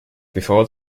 before